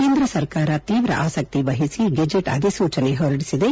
ಕೇಂದ್ರ ಸರ್ಕಾರ ತೀವ್ರ ಆಸಕ್ತಿ ವಹಿಸಿ ಗೆಜೆಟ್ ಅಧಿಸೂಚನೆ ಪೊರಡಿಸಿದೆ